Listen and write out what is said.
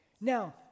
Now